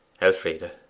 Elfride